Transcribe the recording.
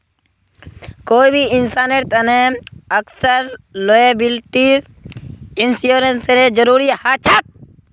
कोई भी इंसानेर तने अक्सर लॉयबिलटी इंश्योरेंसेर जरूरी ह छेक